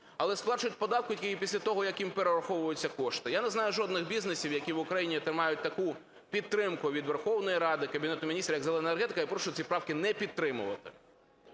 але сплачують податок тільки після того, як їм перераховуються кошти. Я не знаю жодних бізнесів, які в України отримують таку підтримку від Верховної Ради, Кабінету Міністрів як "зелена" енергетика. Я прошу ці правки не підтримувати.